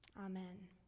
Amen